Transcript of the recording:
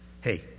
hey